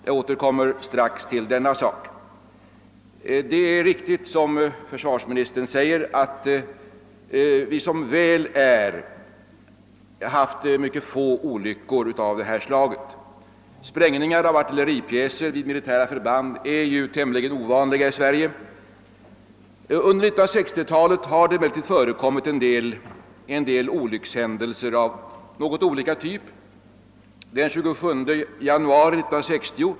Jag återkommer strax till den saken. Det är riktigt som försvarsministern säger att vi, som väl är, haft mycket få olyckor av detta slag. Sprängningar av artilleripjäser vid militära förband är ju tämligen ovanliga i Sverige. Under 1960-talet har det emellertid förekommit en del olyckshändelser av något olika typer.